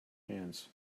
hands